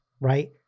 right